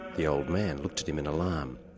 the old man looked at him in alarm.